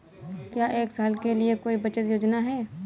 क्या एक साल के लिए कोई बचत योजना है?